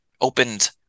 opened